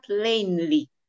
plainly